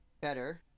better